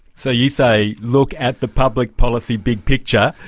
so you say look at the public policy big picture,